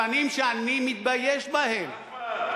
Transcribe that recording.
פנים שאני מתבייש בהן,